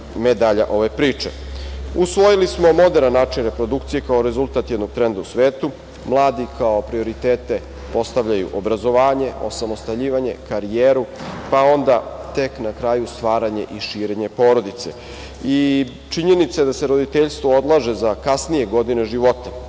medalja ove priče. Usvojili smo moderan način reprodukcije kao rezultat jednog trenda u svetu. Mladi kao prioritete postavljaju obrazovanje, osamostaljivanje, karijeru, pa onda, tek na kraju, stvaranje i širenje porodice. Činjenica je da se roditeljstvo odlaže za kasnije godine života.